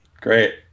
Great